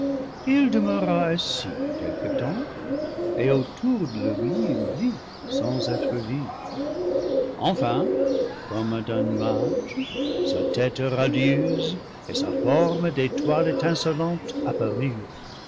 il demeura assis quelque temps et autour de lui il vit sans être vu enfin comme d'un nuage sa tête radieuse et sa forme d'étoile étincelante